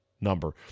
number